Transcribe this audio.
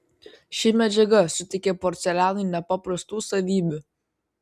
ši medžiaga suteikia porcelianui nepaprastų savybių